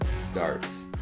starts